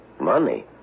Money